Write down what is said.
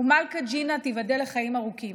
ומלכה ג'ינה, תיבדל לחיים ארוכים.